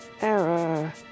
Error